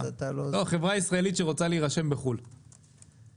ישראלי שרוצה להירשם בחוץ לארץ.